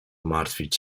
martwić